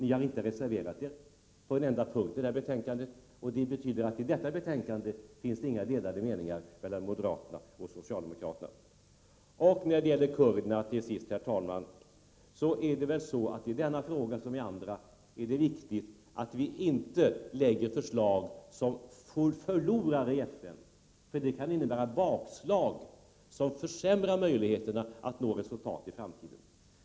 Ni har inte reserverat er på en enda punkt i betänkandet. Det betyder att det inte i detta betänkande finns några delade meningar mellan moderaterna och socialdemokraterna. Till sist, herr talman, är det i frågan om kurderna som i andra frågor viktigt att vi inte lägger fram förslag som förlorar i FN. Det kan innebära bakslag som försämrar möjligheterna att nå resultat i framtiden.